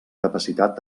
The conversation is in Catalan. capacitat